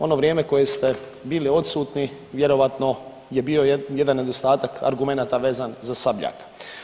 Ono vrijeme koje ste bili odsutni vjerojatno je bio jedan nedostatak argumenata vezan za Sabljaka.